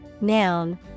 noun